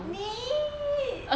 need